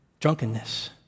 drunkenness